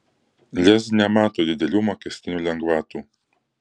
lez nemato didelių mokestinių lengvatų